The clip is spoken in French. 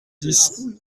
dix